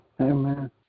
Amen